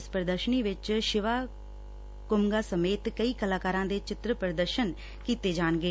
ਇਸ ਪ੍ਰਦਰਸ਼ਨੀ ਵਿਚ ਸ਼ਿਵਾ ਕੁਮਰਾ ਸਮੇਤ ਕਈ ਕਲਾਕਾਰਾਂ ਦੇ ਚਿੱਤਰ ਪ੍ਰਦਸ਼ਿਤ ਕੀਤੇ ਜਾਣਗੇ